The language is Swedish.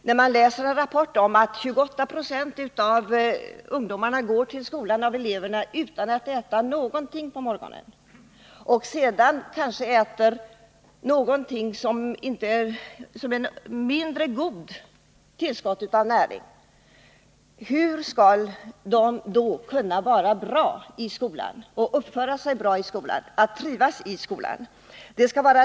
I en rapport kan man läsa att 28 96 av eleverna går till skolan utan att äta någonting på morgonen och sedan kanske äter någonting som ger bara ett mindre gott tillskott av näring. Hur skall eleverna då kunna vara bra i skolan, uppföra sig bra och trivas i skolan?